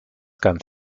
ganz